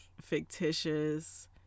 fictitious